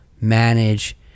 manage